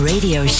Radio